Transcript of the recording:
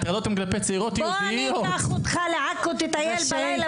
בוא אני אקח אותך לעכו ותטייל בלילה